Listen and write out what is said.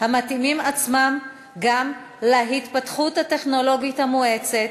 המתאימים עצמם גם להתפתחות הטכנולוגית המואצת,